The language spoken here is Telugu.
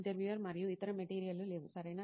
ఇంటర్వ్యూయర్ మరియు ఇతర మెటీరియల్లు లేవు సరేనా